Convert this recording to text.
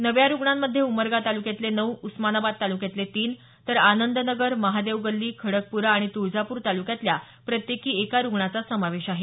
नव्या रुग्णांमध्ये उमरगा तालुक्यातले नऊ उस्मानाबाद तालुक्यातले तीन तर आनंद नगर महादेव गल्ली खडकपुरा आणि तुळजापूर तालुक्यातल्या प्रत्येकी एका रुग्णाचा समावेश आहे